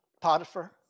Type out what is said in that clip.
Potiphar